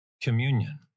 communion